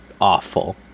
awful